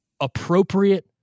appropriate